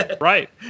Right